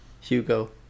Hugo